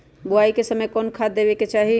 बोआई के समय कौन खाद देवे के चाही?